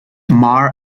mar